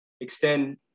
extend